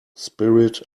spirit